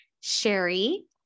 Sherry